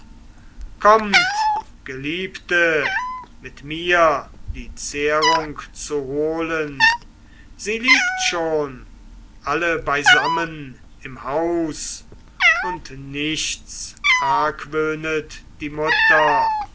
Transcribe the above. kommt geliebte mit mir die zehrung zu holen sie liegt schon alle beisammen im haus und nichts argwöhnet die mutter